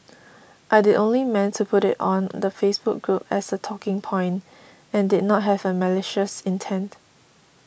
I'd only meant to put it on the Facebook group as a talking point and did not have malicious intent